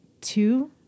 two